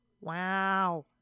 Wow